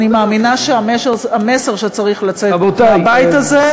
אני מאמינה שהמסר שצריך לצאת מהבית הזה,